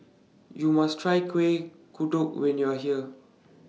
YOU must Try Kuih Kodok when YOU Are here